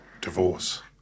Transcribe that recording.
Divorce